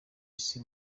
isi